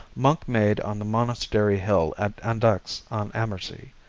monk-made on the monastery hill at andechs on ammersee.